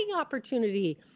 opportunity